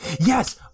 Yes